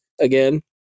again